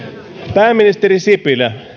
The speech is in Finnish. pääministeri sipilä